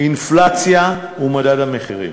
האינפלציה ומדד המחירים,